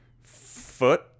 foot